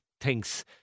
thinks